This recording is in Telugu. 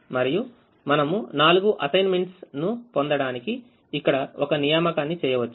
మరియు మనము నాలుగు అసైన్మెంట్స్ ను పొందడానికి ఇక్కడ ఒక నియామకాన్ని చేయవచ్చు